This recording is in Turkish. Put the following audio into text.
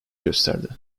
gösterdi